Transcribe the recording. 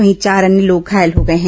वहीं चार अन्य लोग घायल हो गए हैं